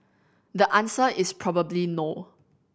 the answer is probably no